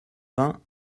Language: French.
vingts